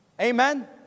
amen